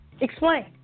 Explain